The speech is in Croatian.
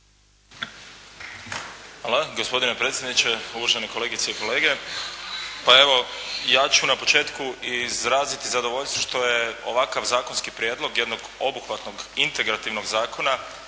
Hvala. Gospodine predsjedniče, uvažene kolegice i kolege. Pa evo ja ću na početku izraziti zadovoljstvo što je ovakav zakonski prijedlog jednog obuhvatnog integrativnog zakona